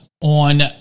on